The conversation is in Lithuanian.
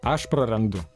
aš prarandu